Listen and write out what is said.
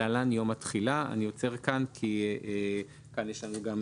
(להלן יום התחילה)." אני עוצר כאן כי יש כמה